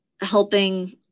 helping